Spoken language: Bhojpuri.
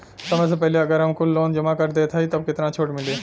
समय से पहिले अगर हम कुल लोन जमा कर देत हई तब कितना छूट मिली?